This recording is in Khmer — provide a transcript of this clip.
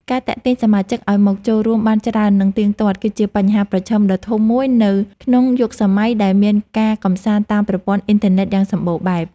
ការទាក់ទាញសមាជិកឱ្យមកចូលរួមបានច្រើន និងទៀងទាត់ គឺជាបញ្ហាប្រឈមដ៏ធំមួយ នៅក្នុងយុគសម័យដែលមានការកម្សាន្តតាមប្រព័ន្ធអុីនធឺណិតយ៉ាងសម្បូរបែប។